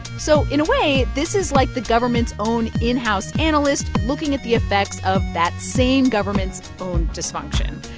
so in a way, this is like the government's own in-house analyst looking at the effects of that same government's own dysfunction.